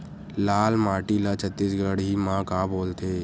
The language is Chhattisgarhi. लाल माटी ला छत्तीसगढ़ी मा का बोलथे?